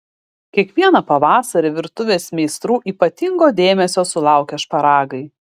kiekvieną pavasarį virtuvės meistrų ypatingo dėmesio sulaukia šparagai